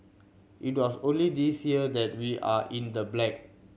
it was only this year that we are in the black